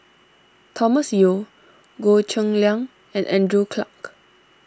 Thomas Yeo Goh Cheng Liang and Andrew Clarke